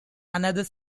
another